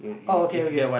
oh okay okay